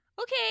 Okay